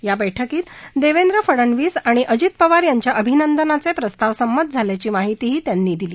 या बैठकीत देवेंद्र फडनवीस आणि अजित पवार यांच्या अभिनंदनाचे प्रस्ताव संमत झाल्याची माहितीही त्यांनी दिली